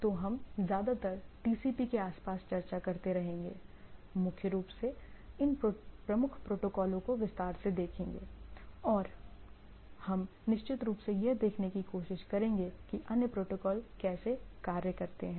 तो हम ज्यादातर TCP के आसपास चर्चा करते रहेंगे मुख्य रूप से इन प्रमुख प्रोटोकॉलों को विस्तार से देखेंगे और हम निश्चित रूप से यह देखने की कोशिश करेंगे कि अन्य प्रोटोकॉल कैसे कार्य करते हैं